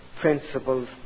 principles